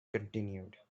continued